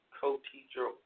co-teacher